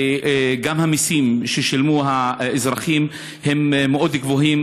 וגם המסים ששילמו האזרחים הם מאוד גבוהים,